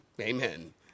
Amen